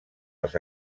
els